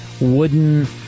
wooden